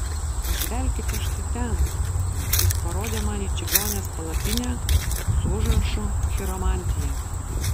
pažvelkite štai ten jis parodė man į čigonės palapinę su užrašu chiromantija